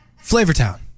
Flavortown